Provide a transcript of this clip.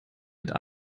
mit